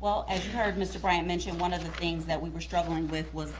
well, as you heard mr. bryant mention, one of the things that we were struggling with was